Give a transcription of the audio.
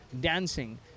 dancing